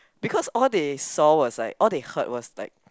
because all they saw was like all they heard was like